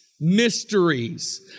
Mysteries